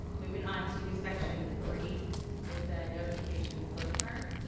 moving onto section three with ah notification flowchart.